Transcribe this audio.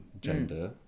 gender